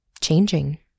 changing